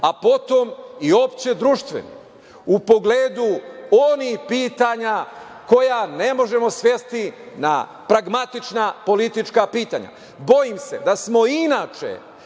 a potom i opšte društveni u pogledu onih pitanja koja ne možemo svesti na pragmatična politička pitanja. Bojim se da smo inače